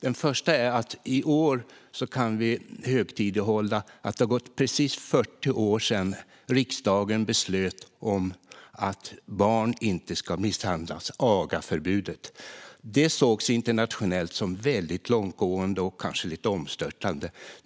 Den första är att vi i år kan högtidlighålla att det har gått precis 40 år sedan riksdagen beslutade om att barn inte ska misshandlas - agaförbudet. Detta sågs internationellt som väldigt långtgående och kanske lite omstörtande.